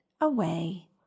away